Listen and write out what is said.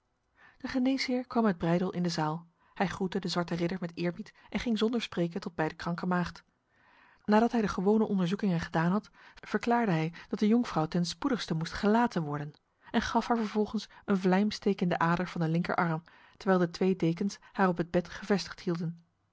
de geneesheer kwam met breydel in de zaal hij groette de zwarte ridder met eerbied en ging zonder spreken tot bij de kranke maagd nadat hij de gewone onderzoekingen gedaan had verklaarde hij dat de jonkvrouw ten spoedigste moest gelaten worden en gaf haar vervolgens een vlijmsteek in de ader van de linkerarm terwijl de twee dekens haar op het bed gevestigd hielden